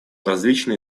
различные